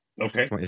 Okay